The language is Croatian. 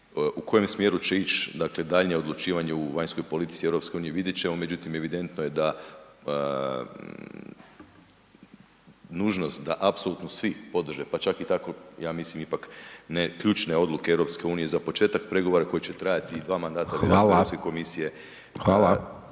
U kojem smjeru će ići dakle daljnje odlučivanje u vanjskoj politici EU vidjet ćemo, međutim evidentno je da nužnost da apsolutno svi podrže, pa čak i tako ja mislim ipak ne ključne odluke EU, za početak pregovora koji će trajati i 2 mandata .../Upadica: Hvala./...